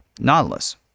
Nautilus